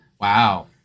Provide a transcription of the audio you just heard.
Wow